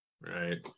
right